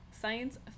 science